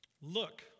Look